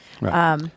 Right